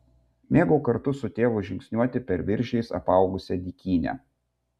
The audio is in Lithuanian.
mėgau kartu su tėvu žingsniuoti per viržiais apaugusią dykynę